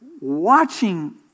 watching